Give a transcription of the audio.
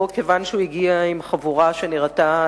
או כיוון שהוא הגיע עם חבורה שנראתה